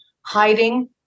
hiding